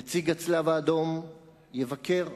נציג הצלב-האדום יבקר,